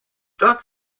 dort